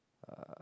uh